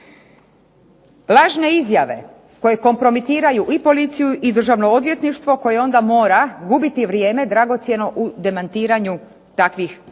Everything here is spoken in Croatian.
Lažne izjave koje kompromitiraju i policiju i Državno odvjetništvo, koje onda mora gubiti vrijeme dragocjeno u demantiranju takvih navoda,